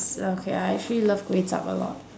s~ okay I actually love kway chap a lot